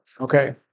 Okay